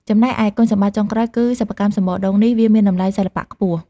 ចំណែកឯគុណសម្បត្តិចុងក្រោយគឺ សិប្បកម្មសំបកដូងនេះ វាមានតម្លៃសិល្បៈខ្ពស់។